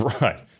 Right